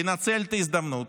לנצל את ההזדמנות,